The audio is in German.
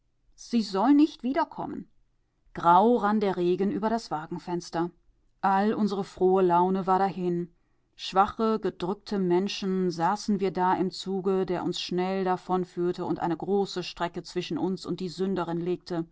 sie soll nicht wiederkommen grau rann der regen über das wagenfenster all unsere frohe laune war dahin schwache gedrückte menschen saßen wir da im zuge der uns schnell davonführte und eine große strecke zwischen uns und die sünderin legte